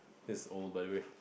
it's old by the way